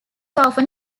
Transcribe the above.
often